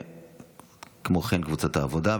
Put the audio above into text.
וכמו כן קבוצת העבודה.